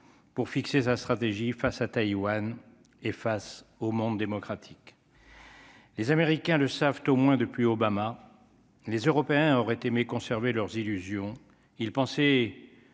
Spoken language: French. pour fixer sa stratégie face à Taïwan, hé face au monde démocratique. Les Américains le savent au moins depuis Obama les Européens auraient aimé conserver leurs illusions ils certains